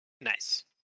Nice